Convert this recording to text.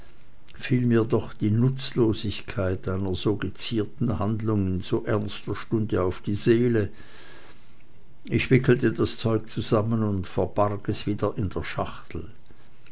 fiel mir doch die nutzlosigkeit einer so gezierten handlung in so ernster stunde auf die seele ich wickelte das zeug zusammen und verbarg es wieder in der schachtel